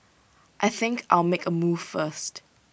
I think I'll make A move first